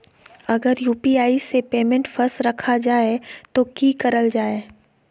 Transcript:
अगर यू.पी.आई से पेमेंट फस रखा जाए तो की करल जाए?